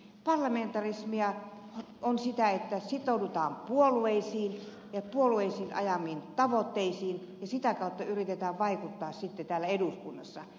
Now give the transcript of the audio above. parlamentarismi on sitä että sitoudutaan puolueisiin ja puolueiden ajamiin tavoitteisiin ja sitä kautta yritetään vaikuttaa sitten täällä eduskunnassa